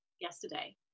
yesterday